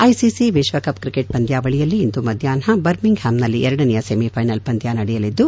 ICC ವಿಶ್ವಕಪ್ cricket ಪಂದ್ಶಾವಳಿಯಲ್ಲಿ ಇಂದು ಮಧ್ಶಾಷ್ನ ಬರ್ಮಿಂಗ್ ಹ್ಯಾಂ ನಲ್ಲಿ ಎರಡನೆಯ ಸೆಮಿ ಫೈನಲ್ ಪಂದ್ಶ ನಡೆಯಲಿದ್ದು